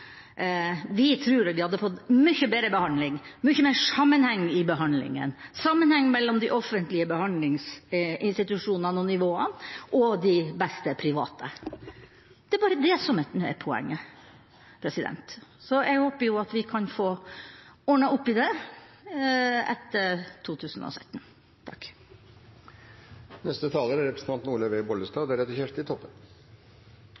Vi tror at vi ville fått mye bedre behandling, mye mer sammenheng i behandlingen, sammenheng mellom de offentlige behandlingsinstitusjonene og nivåene og de beste private. Det er bare det som er poenget. Så jeg håper at vi kan få ordnet opp i det etter 2017. Vi har nå behandlet en plan som vi i store deler er